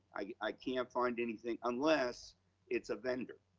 i can't find anything unless it's a vendor.